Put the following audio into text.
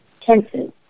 tenses